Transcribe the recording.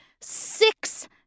six